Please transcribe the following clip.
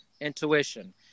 intuition